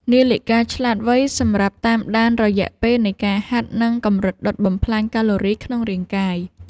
នាឡិកាឆ្លាតវៃសម្រាប់តាមដានរយៈពេលនៃការហាត់ និងកម្រិតដុតបំផ្លាញកាឡូរីក្នុងរាងកាយ។